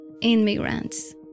immigrants